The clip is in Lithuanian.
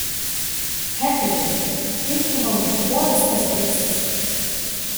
heklberi kaip tu manai kuo viskas baigsis